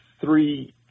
three